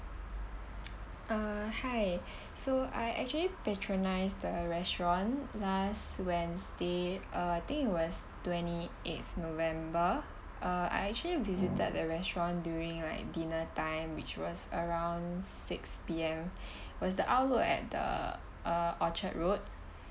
uh hi so I actually patronise the restaurant last wednesday uh I think it was twenty eighth november uh I actually visited the restaurant during like dinner time which was around six P_M it was the outlet at the uh orchard road